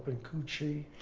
and cu chi.